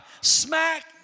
Smack